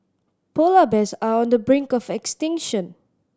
polar bears are on the brink of extinction